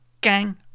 Gang